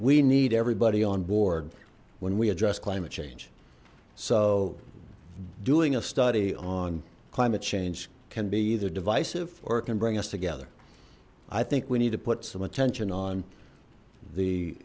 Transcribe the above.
we need everybody on board when we address climate change so doing a study on climate change can be either divisive or it can bring us together i think we need to put some attention on the